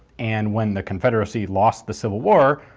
and when the confederacy lost the civil war,